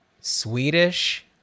Swedish